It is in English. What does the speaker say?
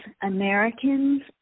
Americans